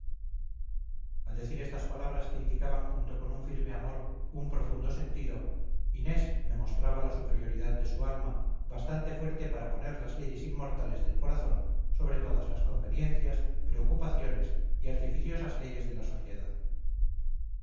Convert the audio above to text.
al decir estas palabras que indicaban junto con un firme amor un profundo sentido inés me mostraba la superioridad de su alma bastante fuerte para poner las leyes inmortales del corazón sobre todas las conveniencias preocupaciones y artificiosas leyes de la sociedad